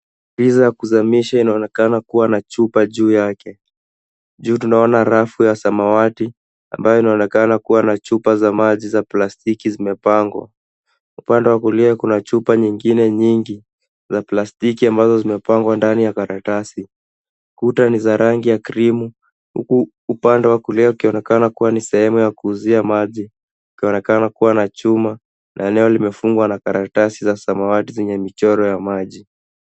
Piza ya kizamisha inaonekana kuwa na chupa juu yake. Juu tunaona rafu ya samawati ambayo inaonekana kuwa na chupa za maji za plastiki zimepangwa. Upande wa kulia kuna chupa nyingine nyingi za plastiki ambazo zimepangwa ndani ya karatasi. Kuta ni za rangi ya krimu huku upande wa kulia ukionekana kuwa ni sehemu ya kuuzia maji ikionekana kuwa na chuma na eneo limefungwa na karatasi za samawati zenye michoro ya maji.